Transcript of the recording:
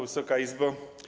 Wysoka Izbo!